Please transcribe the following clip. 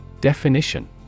Definition